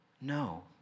no